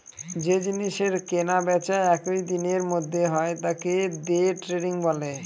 যে জিনিসের কেনা বেচা একই দিনের মধ্যে হয় তাকে দে ট্রেডিং বলে